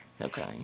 Okay